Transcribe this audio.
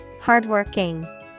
Hardworking